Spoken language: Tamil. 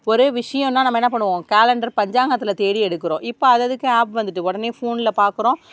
ஒரே விஷயம்னால் நம்ம என்ன பண்ணுவோம் காலண்டர் பஞ்சாங்கத்தில் தேடி எடுக்கிறோம் இப்போ அததுக்கு ஆப் வந்துட்டு உடனே ஃபோனில் பார்க்குறோம்